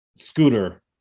scooter